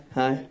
hi